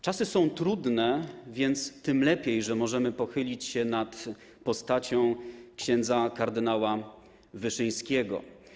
Czasy są trudne, więc tym lepiej, że możemy pochylić się nad postacią ks. kard. Wyszyńskiego.